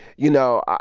you know,